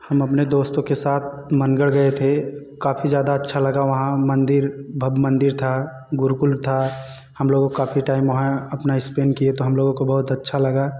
हम अपने दोस्तों के साथ मनगढ़ गए थे काफी ज़्यादा अच्छा लगा वहाँ मंदिर भब मंदिर था गुरूकुल था हम लोग काफी टाइम वहाँ अपना स्पेंड किए तो हम लोगों को बहुत अच्छा लगा